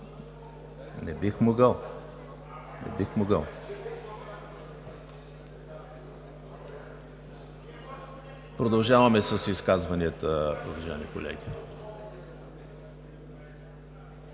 Не бих могъл. Не бих могъл. Продължаваме с изказванията, уважаеми колеги.